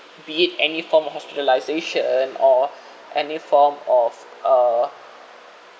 be it any form of hospitalisation or any form of uh